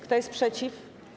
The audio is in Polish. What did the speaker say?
Kto jest przeciw?